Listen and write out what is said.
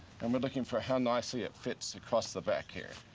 and we're looking for how nicely it fits across the back here.